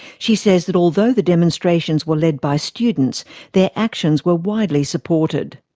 she says that although the demonstrations were led by students their actions were widely supported.